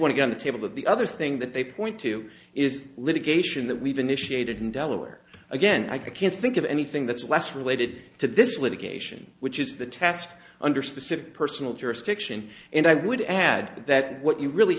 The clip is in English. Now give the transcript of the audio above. a table of the other thing that they point to is litigation that we've initiated in delaware again i can't think of anything that's less related to this litigation which is the test under specific personal jurisdiction and i would add that what you really